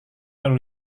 lalu